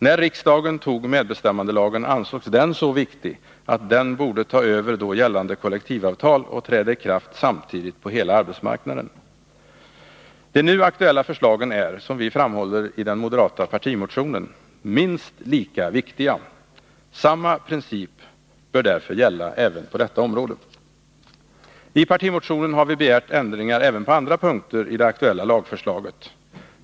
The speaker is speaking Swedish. När riksdagen antog medbestämmandelagen ansågs den så viktig att den borde ta över då gällande kollektivavtal och träda i kraft samtidigt på hela arbetsmarknaden. De nu aktuella förslagen är, som vi framhåller i den moderata partimotionen, minst lika viktiga. Samma princip bör därför gälla även här. I partimotionen har vi begärt ändringar även på andra punkter i det aktuella lagförslaget.